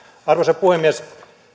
arvoisa puhemies